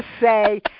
say